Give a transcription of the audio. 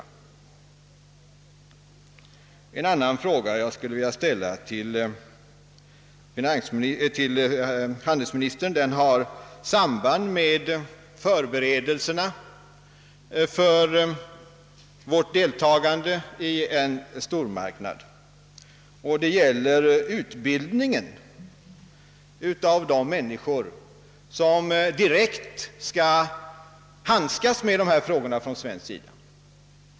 En annan fråga som jag skulle vilja ställa till handelsministern — den har samband med förberedelserna för vårt deltagande i en stormarknad — gäller utbildningen av de människor som från svensk sida direkt skall handskas med dessa frågor.